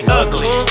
ugly